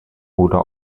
oder